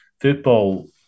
Football